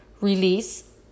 release